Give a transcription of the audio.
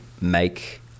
make